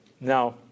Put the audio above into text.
Now